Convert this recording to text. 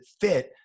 fit